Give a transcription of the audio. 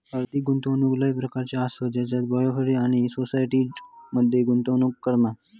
आर्थिक गुंतवणूक लय प्रकारच्ये आसत जसे की बॉण्ड्स आणि सिक्युरिटीज मध्ये गुंतवणूक करणा